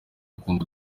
kundwa